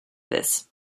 this